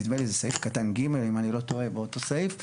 נדמה לי זה סעיף קטן (ג) אם אני לא טועה באותו סעיף.